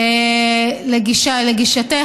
לגישתך,